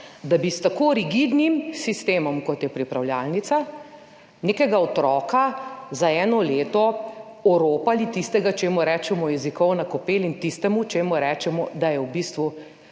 da bi s tako rigidnim sistemom, kot je pripravljalnica, nekega otroka za eno leto oropali tistega, čemur rečemo jezikovna kopel, in tistega, čemur rečemo, da je v bistvu